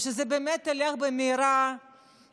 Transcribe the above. ושזה באמת ילך במהרה בחקיקה,